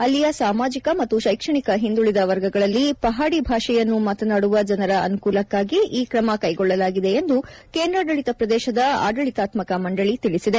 ಅಲ್ಲಿಯ ಸಾಮಾಜಿಕ ಮತ್ತು ಶ್ಲೆಕ್ಷಣಿಕ ಹಿಂದುಳಿದ ವರ್ಗಗಳಲ್ಲಿ ಪಹಾಡಿ ಭಾಷೆಯನ್ನು ಮಾತನಾಡುವ ಜನರ ಅನುಕೂಲಕ್ನಾಗಿ ಈ ಕ್ರಮ ಕ್ಲೆಗೊಳ್ಳಲಾಗಿದೆ ಎಂದು ಕೇಂದ್ರಾಡಳಿತ ಪ್ರದೇಶದ ಆಡಳಿತಾತ್ತಕ ಮಂಡಳಿ ತಿಳಿಸಿದೆ